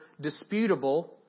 disputable